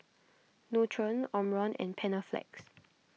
Nutren Omron and Panaflex